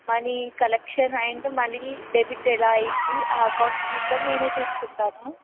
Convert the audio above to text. money collection and మళ్ళీ debit ఎలా అయింది ఆ అకౌంట్స్ మొత్తం నేనే చూసుకుంటాను